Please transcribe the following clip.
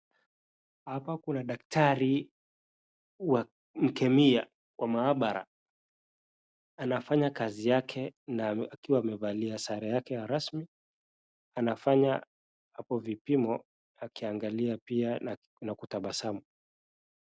Hapa kuna daktari wa kemia wa maabara. Anafanya kazi yake akiwa amevalia sare yake ya rasmi anafanya hapo vipimo akiangalia pia na kutabasamu.